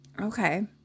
Okay